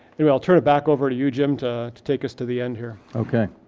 anyway, i'll turn it back over to you, jim, to to take us to the end here. okay,